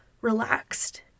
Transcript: relaxed